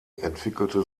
entwickelte